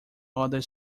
other